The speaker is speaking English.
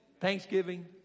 Thanksgiving